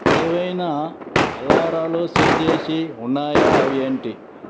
ఏవైనా అలారాలు సెట్ చేసి ఉన్నాయా అవి ఏంటి